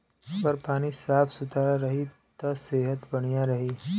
अगर पानी साफ सुथरा रही त सेहत बढ़िया रही